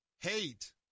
hate